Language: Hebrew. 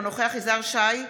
אינו נוכח יזהר שי,